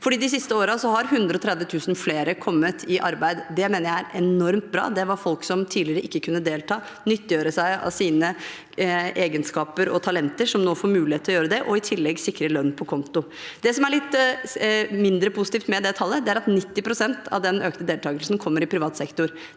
De siste årene har 130 000 flere kommet i arbeid. Det mener jeg er enormt bra. Det er folk som tidligere ikke kunne delta og nyttiggjøre seg sine egenskaper og talenter, som nå får mulighet til å gjøre det, og i tillegg sikre seg lønn på konto. Det som er litt mindre positivt med det tallet, er at 90 pst. av den økte deltakelsen kommer i privat sektor.